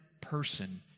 person